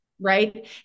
right